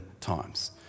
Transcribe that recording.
times